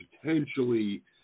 potentially